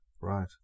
right